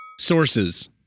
Sources